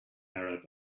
arab